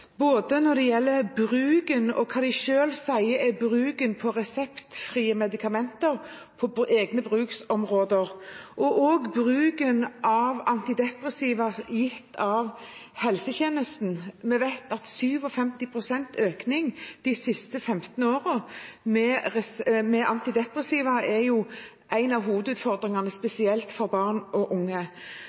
både når det gjelder bruken av – det de selv sier er bruken av – reseptfrie medikamenter på egne bruksområder, og når det gjelder bruken av antidepressiva gitt av helsetjenesten. Vi vet at 57 pst. økning av antidepressiva de siste 15 årene er en av hovedutfordringene, spesielt for barn og unge.